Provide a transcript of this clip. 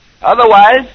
Otherwise